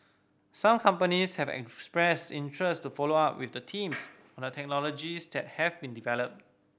some companies have expressed interest to follow up with the teams on the technologies that have been developed